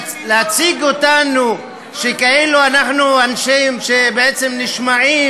להציג אותנו כאילו אנחנו אנשים שבעצם נשמעים